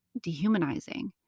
dehumanizing